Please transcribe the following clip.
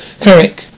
Correct